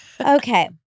Okay